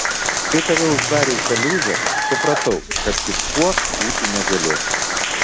kai tave uždarė į kaliūzę supratau kad kitkuo būti negaliu